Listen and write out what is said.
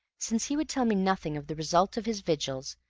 since he would tell me nothing of the result of his vigils,